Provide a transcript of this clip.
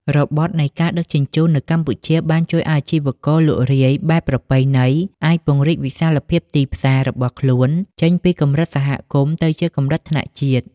របត់នៃ ការដឹកជញ្ជូន នៅកម្ពុជា បានជួយឱ្យអាជីវករលក់រាយបែបប្រពៃណីអាចពង្រីក វិសាលភាពទីផ្សារ របស់ខ្លួនចេញពីកម្រិតសហគមន៍ ទៅជាកម្រិតថ្នាក់ជាតិ។